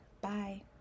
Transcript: Bye